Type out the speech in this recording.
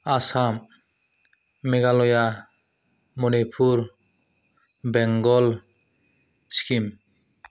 Assam Meghalaya Manipur Bengal Sikkim